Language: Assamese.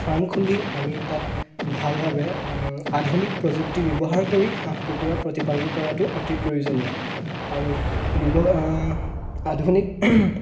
ফাৰ্ম খুলি আমি তাত ভালভাৱে আধুনিক প্ৰযুক্তি ব্যৱহাৰ কৰি হাঁহ কুকুৰা প্ৰতিপালন কৰাটো অতি প্ৰয়োজনীয় আমি আধুনিক